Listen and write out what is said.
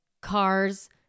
cars